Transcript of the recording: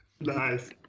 Nice